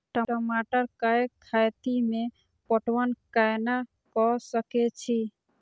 टमाटर कै खैती में पटवन कैना क सके छी?